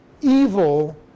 evil